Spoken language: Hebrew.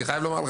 אני חייב לומר,